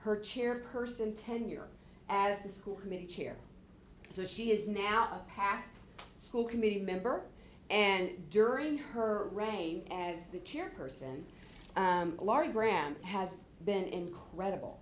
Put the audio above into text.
her chairperson tenure as the school committee chair so she is now past school committee member and during her reign as the chairperson large grant has been incredible